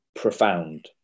profound